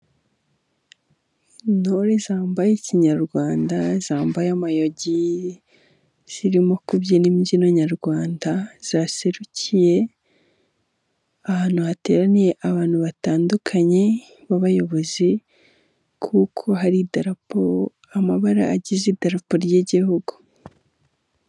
Intore zambaye kinyarwanda zambaye amayogi, zirimo kubyina imbyino nyarwanda, zaserukiye ahantu hateraniye abantu batandukanye b'abayobozi kuko hari idarapo, amabara agize idarapo ry'Igihugu.